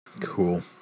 Cool